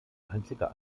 einziger